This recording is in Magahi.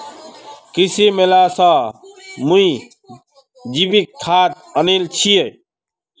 कृषि मेला स मुई जैविक खाद आनील छि